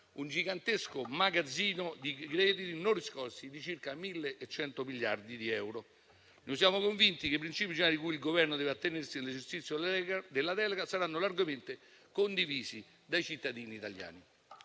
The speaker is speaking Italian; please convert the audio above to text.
un gigantesco magazzino di crediti non riscossi di circa 1.100 miliardi di euro. Siamo convinti che i princìpi generali cui il Governo deve attenersi nell'esercizio della delega saranno largamente condivisi dai cittadini italiani,